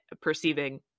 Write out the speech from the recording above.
perceiving